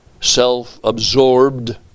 self-absorbed